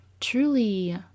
truly